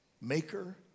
maker